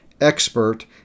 expert